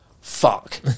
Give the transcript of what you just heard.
Fuck